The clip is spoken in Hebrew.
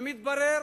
מתברר